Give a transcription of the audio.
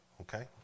okay